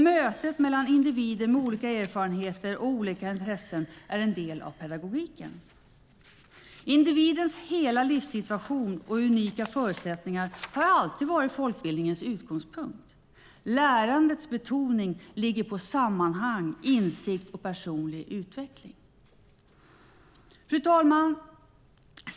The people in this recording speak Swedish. Mötet mellan individer med olika erfarenheter och olika intressen är en del av pedagogiken. Individens hela livssituation och unika förutsättningar har alltid varit folkbildningens utgångspunkt. Lärandets betoning ligger på sammanhang, insikt och personlig utveckling.